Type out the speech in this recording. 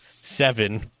seven